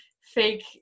fake